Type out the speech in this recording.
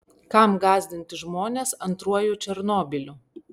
kam gąsdinti žmones antruoju černobyliu